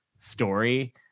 story